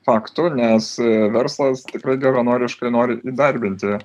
faktu nes verslas tikrai geranoriškai nori įdarbinti